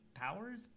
Powers